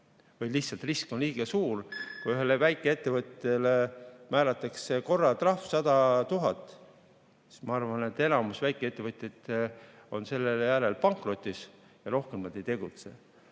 lihtsalt risk on liiga suur? Kui ühele väikeettevõttele määratakse korra trahvi 100 000, siis, ma arvan, enamus väikeettevõtjaid on selle järel pankrotis ja rohkem nad ei tegutse.